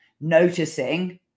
noticing